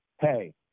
hey